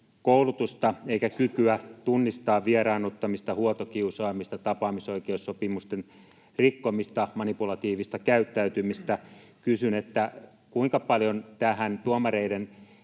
koulutusta eikä kykyä tunnistaa vieraannuttamista, huoltokiusaamista, tapaamisoikeussopimusten rikkomista, manipulatiivista käyttäytymistä. Kysyn: kuinka paljon tuomareiden